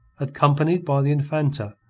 accompanied by the infanta,